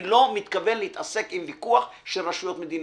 אני לא מתכוון להתעסק עם ויכוח של רשויות מדינתיות,